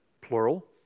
plural